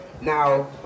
now